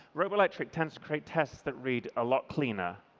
roboelectric tends to create tests that read a lot cleaner.